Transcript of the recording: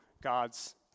God's